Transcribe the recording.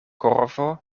korvo